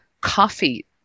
coffee